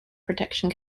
protection